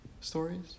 stories